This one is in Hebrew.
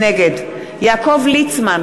נגד יעקב ליצמן,